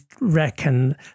reckon